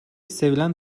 sevilen